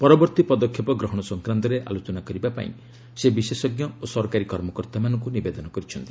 ପରବର୍ତ୍ତୀ ପଦକ୍ଷେପ ଗ୍ରହଣ ସଂକ୍ରାନ୍ତରେ ଆଲୋଚନା କରିବା ପାଇଁ ସେ ବିଶେଷଜ୍ଞ ଓ ସରକାରୀ କର୍ମକର୍ତ୍ତାମାନଙ୍କୁ ନିବେଦନ କରିଛନ୍ତି